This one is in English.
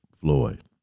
Floyd